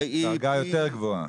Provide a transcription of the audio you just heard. דרגה יותר גבוהה.